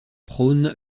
prône